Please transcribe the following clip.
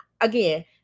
again